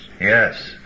Yes